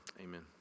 Amen